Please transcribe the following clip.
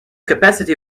capacity